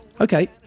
Okay